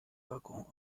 waggon